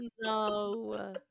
No